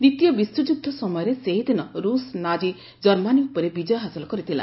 ଦ୍ୱିତୀୟ ବିଶ୍ୱଯୁଦ୍ଧ ସମୟରେ ସେହିଦିନ ରୁଷ୍ ନାଜି ଜର୍ମାନୀ ଉପରେ ବିଜୟ ହାସଲ କରିଥିଲା